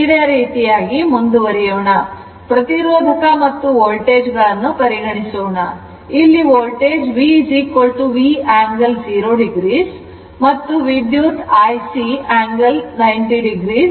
ಇದೇ ರೀತಿಯಾಗಿ ಮುಂದುವರಿಯೋಣ ಪ್ರತಿರೋಧಕ ಮತ್ತು ವೋಲ್ಟೇಜ್ ಗಳನ್ನು ಪರಿಗಣಿಸೋಣ ಇಲ್ಲಿ voltage V V angle then 0 o ಮತ್ತು ವಿದ್ಯುತ್ IC angle 90 o